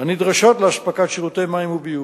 הנדרשות לאספקת שירותי מים וביוב.